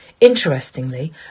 Interestingly